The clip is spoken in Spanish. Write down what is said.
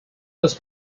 los